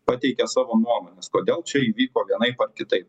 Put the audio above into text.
pateikė savo nuomones kodėl čia įvyko vienaip ar kitaip